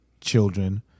children